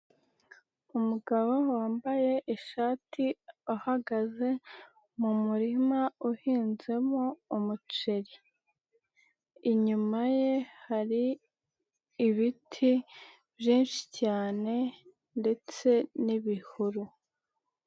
Umugabo wambaye ishati ahagaze mu murima uhinzemo umuceri. Inyuma ye hari ibiti byinshi cyane ndetse n'ibihuru.